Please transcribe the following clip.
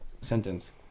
Sentence